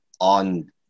on